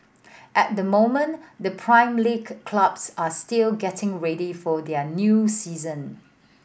at the moment the Prime League clubs are still getting ready for their new season